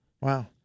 Wow